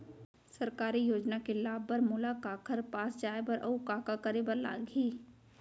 सरकारी योजना के लाभ बर मोला काखर पास जाए बर अऊ का का करे बर लागही?